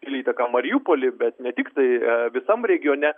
didelę įtaką mariupoly bet ne tiktai visam regione